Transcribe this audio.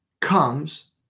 comes